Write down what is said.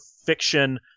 Fiction